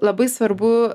labai svarbu